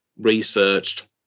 researched